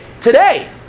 today